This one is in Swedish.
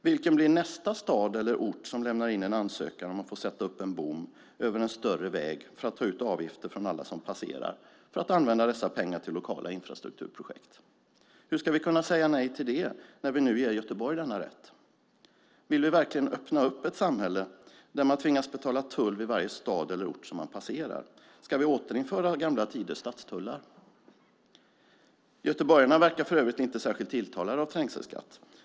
Vilken blir nästa stad eller ort som lämnar in en ansökan om att få sätta upp en bom över en större väg för att ta ut avgifter från alla som passerar för att använda dessa pengar till lokala infrastrukturprojekt? Hur ska vi kunna säga nej till detta när vi nu ger Göteborg denna rätt? Vill vi verkligen öppna upp för ett samhälle där man tvingas betala tull vid varje stad eller ort som man passerar? Ska vi återinföra gamla tiders stadstullar? Göteborgarna verkar för övrigt inte särskilt tilltalade av trängselskatt.